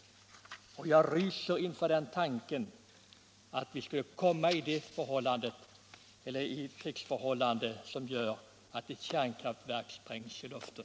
Jag ryser inför tanken att vi skulle komma i en krigssituation som gör att ett kärnkraftverk sprängs i luften.